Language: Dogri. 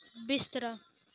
बिस्तरा